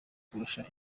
kurusha